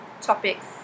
topics